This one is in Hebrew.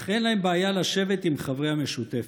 אך אין להם בעיה לשבת עם חברי המשותפת.